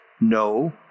No